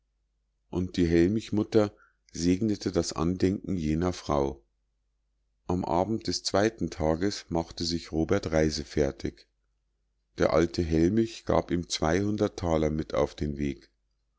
und die hellmichmutter segnete das andenken jener frau um abend des zweiten tages machte sich robert reisefertig der alte hellmich gab ihm zweihundert taler mit auf den weg